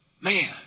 Man